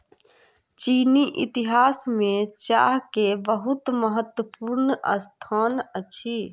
चीनी इतिहास में चाह के बहुत महत्वपूर्ण स्थान अछि